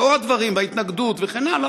לאור הדברים וההתנגדות וכן הלאה,